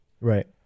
Right